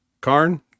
Karn